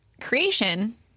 creation